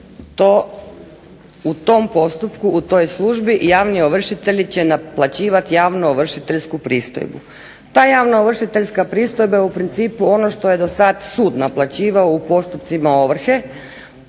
u tom postupku, u toj službi javni ovršitelji će naplaćivati javnoovršiteljsku pristojbu. Ta javnoovršiteljska pristojba je u principu ono što je do sad sud naplaćivao u postupcima ovrhe,